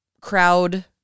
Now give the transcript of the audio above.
crowd